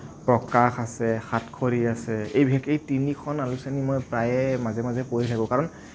প্ৰকাশ আছে সাতখৰী আছে এই বিশেষ এই তিনিখন আলোচনী মই প্ৰায়ে মাজে মাজে পঢ়ি থাকোঁ কাৰণ